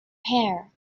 hair